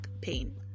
pain